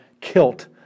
kilt